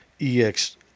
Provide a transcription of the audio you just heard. ex